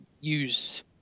use